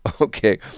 okay